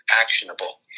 actionable